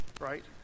right